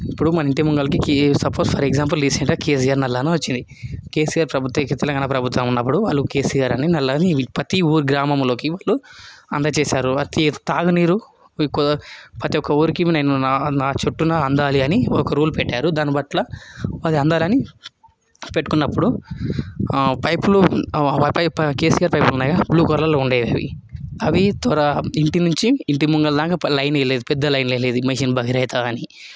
ఇప్పుడు మన ఇంటి ముందరికి సప్పోజ్ ఫర్ ఎగ్జాంపుల్ తీసుకుంటే కెసిఆర్ నల్లా అని వచ్చినాయి కెసిఆర్ ప్రభుత్వం ప్రభుత్వం ఉన్నప్పుడు వాళ్ళు కెసిఆర్ అని నల్లా అని ప్రతి ఊరు గ్రామంలోకి ఇంట్లో అందచేశారు తాగునీరు ప్రతి ఊరుకి నా నా చుట్టూన అందాలి అని ఒక రూల్ పెట్టారు దానిపట్ల అది అందాలని అందాలని పెట్టుకున్నప్పుడు పైపులు కెసిఆర్ పైపులు ఉన్నాయి కదా బ్లూ కలర్లో ఉండేవి అవి త్వరగా ఇంటి నుంచి ఇంటిముందుర దాకా లైన్ వేయలేదు పెద్ద పైపు వేయలేదు మిషన్ భగీరథ కాని